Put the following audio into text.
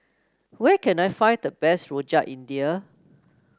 where can I find the best Rojak India